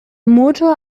motor